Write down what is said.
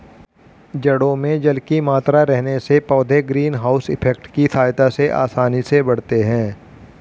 जड़ों में जल की मात्रा रहने से पौधे ग्रीन हाउस इफेक्ट की सहायता से आसानी से बढ़ते हैं